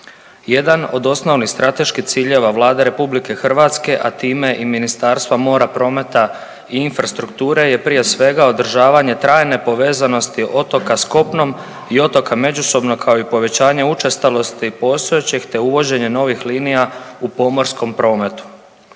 Jedan od osnovnih strateških ciljeva Vlade RH a time i Ministarstva mora, prometa i infrastrukture je prije svega održavanje trajne povezanosti otoka sa kopnom i otoka međusobno kao i povećanje učestalosti postojećeg, te uvođenje novih linija u pomorskom prometu.